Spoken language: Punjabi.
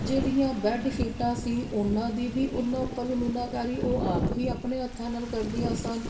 ਜਿਹੜੀਆਂ ਬੈੱਡਸ਼ੀਟਾਂ ਸੀ ਓਹਨਾਂ ਦੀ ਵੀ ਓਨਾਂ ਉੱਪਰ ਵੀ ਮੀਨਾਕਾਰੀ ਉਹ ਆਪ ਹੀ ਆਪਣੇ ਹੱਥਾਂ ਨਾਲ ਕਰਦੀਆਂ ਸਨ